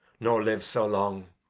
nor live so long.